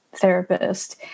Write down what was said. therapist